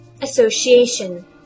association